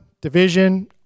division